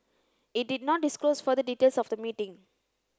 it did not disclose further details of the meeting